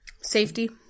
Safety